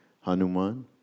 Hanuman